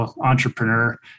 entrepreneur